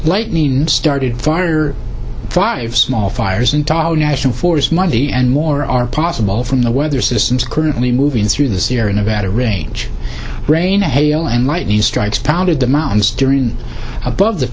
lightnin started fire far of small fires in tall national forest monday and more are possible from the weather systems currently moving through the sierra nevada range rain hail and lightning strikes pounded the mountains during above the